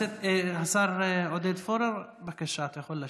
השר עודד פורר, בבקשה, אתה יכול להשיב.